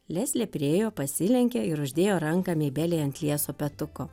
leslė priėjo pasilenkė ir uždėjo ranką meibelei ant lieso petuko